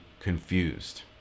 confused